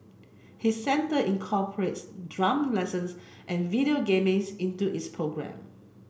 his centre incorporates drum lessons and video gamings into its programme